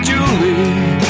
Julie